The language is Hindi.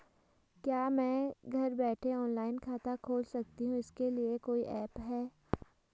क्या मैं घर बैठे ऑनलाइन खाता खोल सकती हूँ इसके लिए कोई ऐप है?